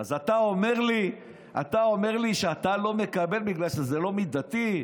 אז אתה אומר לי שאתה לא מקבל בגלל שזה לא מידתי?